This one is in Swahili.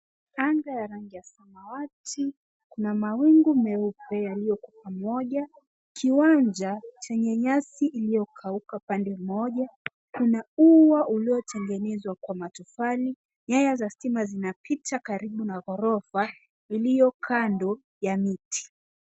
Anga ya rangi ya samawati, kuna mawingu meupe yaliyoko pamoja. Kiwanya chenye nyasi yaliyokauka pande moja. Kuna ua uliotengenezwa kwa matofali. Nyaya za stima zinapita karibu na ghorofa iliyo kando ya miti.